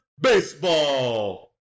baseball